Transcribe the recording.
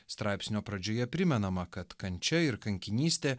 straipsnio pradžioje primenama kad kančia ir kankinystė